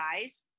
guys